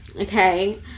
Okay